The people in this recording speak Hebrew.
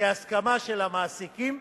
כהסכמה של המעסיקים,